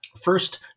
First